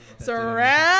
Surround